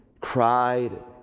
cried